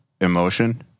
emotion